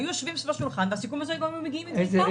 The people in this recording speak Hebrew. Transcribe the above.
היו יושבים סביב השולחן ולסיכום הזה היינו מגיעים איתם.